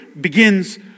begins